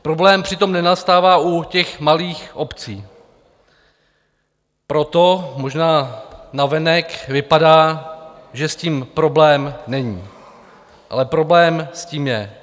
Problém přitom nenastává u malých obcí, proto možná navenek vypadá, že s tím problém není, ale problém s tím je.